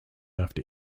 after